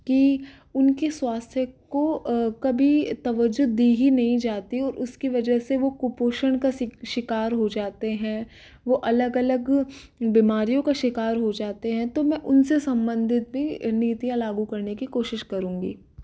की उनके स्वास्थ्य को कभी तवज्जो दी ही नहीं जाती और उसकी वजह से वो कुपोषण का सि शिकार हो जाते है वो अलग अलग बीमारियों का शिकार हो जाते हैं तो मैं उनसे संबन्धित भी नीतियाँ लागू करने की कोशिश करूंगी